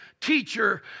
teacher